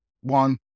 One